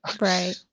right